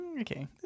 Okay